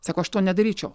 sako aš to nedaryčiau